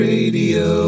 Radio